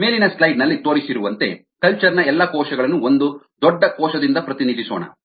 ಮೇಲಿನ ಸ್ಲೈಡ್ ನಲ್ಲಿ ತೋರಿಸಿರುವಂತೆ ಕಲ್ಚರ್ ನ ಎಲ್ಲಾ ಕೋಶಗಳನ್ನು ಒಂದೇ ದೊಡ್ಡ ಕೋಶದಿಂದ ಪ್ರತಿನಿಧಿಸೋಣ